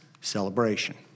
celebration